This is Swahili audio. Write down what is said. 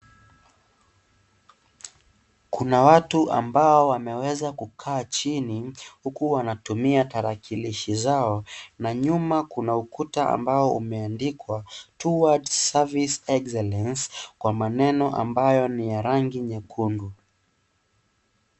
Kuna watu ambao wameweza kukaa chini huku wanatumia tarakilishi zao na nyuma kuna ukuta ambao umeandikwa " Towards service excellence " kwa maneno ambayo ni ya rangi nyekundu.